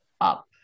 up